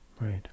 Right